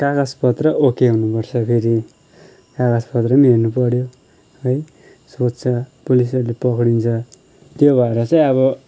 कागज पत्र ओके हुनुपर्छ फेरि कागज पत्र पनि हेर्नु पऱ्यो है सोध्छ पुलिसहरूले पक्रिन्छ त्यो भएर चाहिँ अब